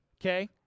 Okay